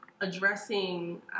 addressing